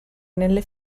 nelle